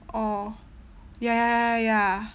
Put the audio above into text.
orh ya ya ya ya ya